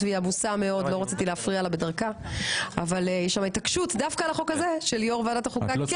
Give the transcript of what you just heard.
אבל יש התעקשות דווקא על החוק הזה של יו"ר ועדת החוקה.